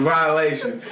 violation